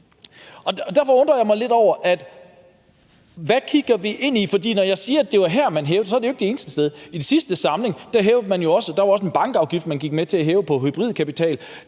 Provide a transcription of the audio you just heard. Derfor undrer jeg mig lidt over, hvad det er, vi kigger ind i. For når jeg siger, at det var her, man hævede det, er det jo ikke det eneste sted. I den sidste samling gik man også med til at hæve en bankafgift på hybridkapital,